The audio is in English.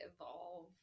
evolve